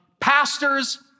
pastors